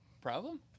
problem